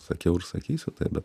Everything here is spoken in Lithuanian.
sakiau ir sakysiu tai bet